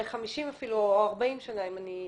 ל-50 אפילו, או 40 שנה, אם אני זוכרת.